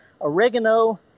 oregano